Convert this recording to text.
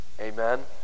Amen